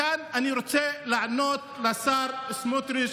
מכאן אני רוצה לענות לשר סמוטריץ':